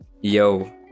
Yo